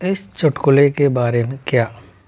इस चुटकुले के बारे में क्या